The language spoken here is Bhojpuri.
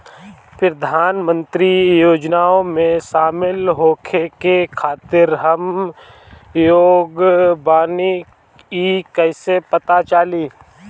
प्रधान मंत्री योजनओं में शामिल होखे के खातिर हम योग्य बानी ई कईसे पता चली?